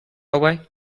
away